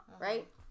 Right